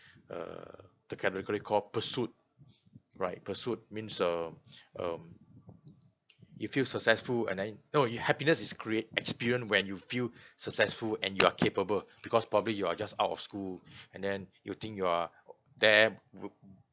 uh the category called pursuit right pursuit means um um you feel successful and then no you happiness is create experience when you feel successful and you are capable because probably you are just out of school and then you think you are there